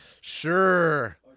Sure